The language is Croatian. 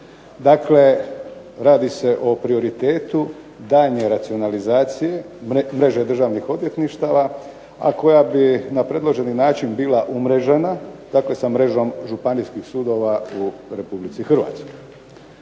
Dakle, radi se o prioritetu daljnje racionalizacije mreže državnih odvjetništava a koja bi na predloženi način bila umrežena dakle sa mrežom županijskih sudova u RH. Ali valja